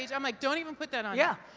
yeah i'm like, don't even put that on! yeah